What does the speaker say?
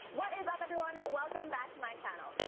what is up everyone? welcome back to my channel.